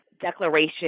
declaration